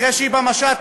אחרי שהיא במשט: